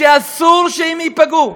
שאסור שהם ייפגעו,